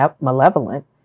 malevolent